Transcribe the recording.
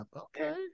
Okay